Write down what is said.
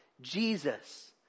Jesus